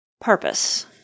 purpose